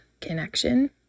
connection